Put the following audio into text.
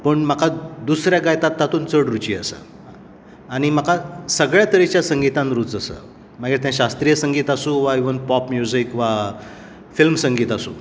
पूण म्हाका दुसरो गायतात तातुंत चड रुची आसा आनी म्हाका सगळ्यां तरेच्या संगितांत रुच आसा मागीर ते शास्त्रिय संगीत आसूं वा इवन पॉप म्यूजिक वा फिल्म संगीत आसूं